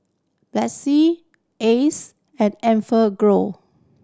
Betsy Acer and Enfagrow